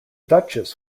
duchess